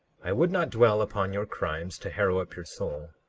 i would not dwell upon your crimes, to harrow up your soul,